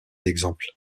d’exemple